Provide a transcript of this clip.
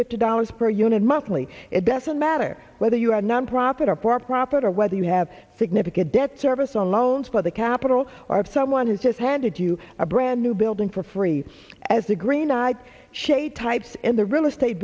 fifty dollars per unit monthly it doesn't matter whether you are nonprofit or poor proper whether you have significant debt service on loans for the capital or someone who has handed you a brand new building for free as the green eye shade types in the real estate